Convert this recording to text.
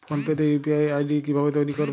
Phone pay তে UPI ID কি ভাবে তৈরি করবো?